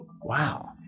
Wow